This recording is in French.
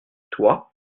toi